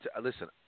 listen